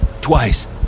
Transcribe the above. twice